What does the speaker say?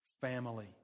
family